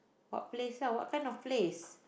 what plays lah what kind of plays